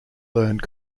learned